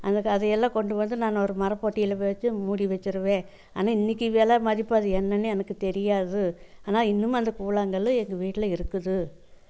அதையெல்லாம் கொண்டு வந்து நான் ஒரு மர பெட்டில போட்டு மூடி வச்சிருவேன் ஆனால் இன்னைக்கி வில மதிப்பு அது என்னனு எனக்கு தெரியாது ஆனால் இன்னும் அந்த கூழாங்கல்லு எங்கள் வீட்ல இருக்குது